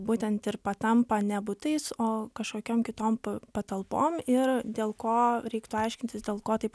būtent ir patampa ne butais o kažkokiom kitom patalpom ir dėl ko reiktų aiškintis dėl ko taip